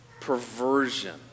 perversion